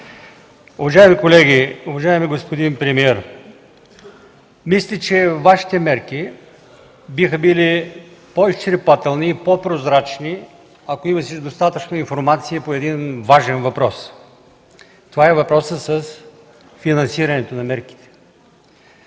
Уважаеми колеги, уважаеми господин премиер! Мисля, че Вашите мерки биха били по-изчерпателни и по-прозрачни, ако имаше достатъчно информация по един важен въпрос. Това е въпросът с финансирането на мерките.